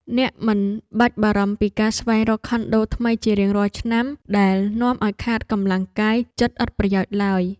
អ្នកមិនបាច់បារម្ភពីការស្វែងរកខុនដូថ្មីជារៀងរាល់ឆ្នាំដែលនាំឱ្យខាតកម្លាំងកាយចិត្តឥតប្រយោជន៍ឡើយ។